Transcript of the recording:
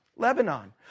Lebanon